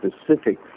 specific